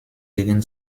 gegen